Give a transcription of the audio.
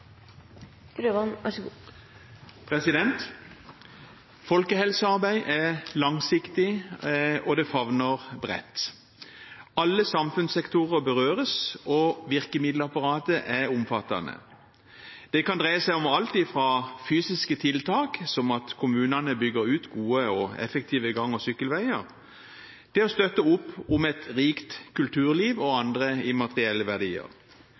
langsiktig, og det favner bredt. Alle samfunnssektorer berøres, og virkemiddelapparatet er omfattende. Det kan dreie seg om alt fra fysiske tiltak, som at kommunene bygger ut gode og effektive gang- og sykkelveier, til å støtte opp om et rikt kulturliv og andre immaterielle verdier.